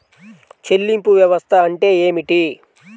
చెల్లింపు వ్యవస్థ అంటే ఏమిటి?